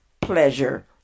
pleasure